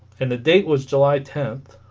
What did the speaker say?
and the date was july tenth